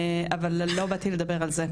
אבל לא באתי לדבר על זה.